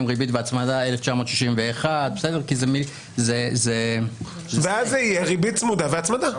ריבית והצמדה 1961. אז זאת תהיה ריבית צמודה והצמדה.